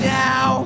now